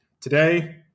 Today